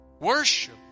Worship